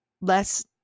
less